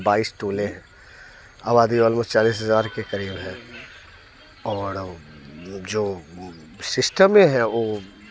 बाईस टोले आबादी ऑलमोस्ट चालीस हज़ार के करीब है और जो सिस्टम में है वो